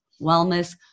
wellness